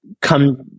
come